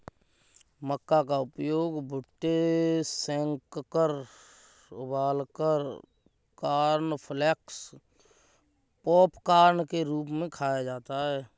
मक्का का उपयोग भुट्टे सेंककर उबालकर कॉर्नफलेक्स पॉपकार्न के रूप में खाया जाता है